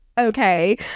Okay